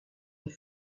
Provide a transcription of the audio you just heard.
les